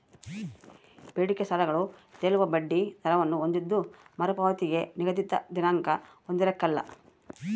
ಬೇಡಿಕೆ ಸಾಲಗಳು ತೇಲುವ ಬಡ್ಡಿ ದರವನ್ನು ಹೊಂದಿದ್ದು ಮರುಪಾವತಿಗೆ ನಿಗದಿತ ದಿನಾಂಕ ಹೊಂದಿರಕಲ್ಲ